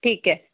ਠੀਕ ਹੈ